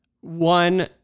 one